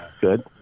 Good